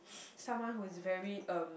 someone who is very um